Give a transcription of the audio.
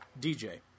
DJ